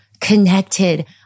connected